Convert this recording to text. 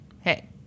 Hey